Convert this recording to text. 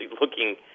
looking